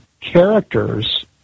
characters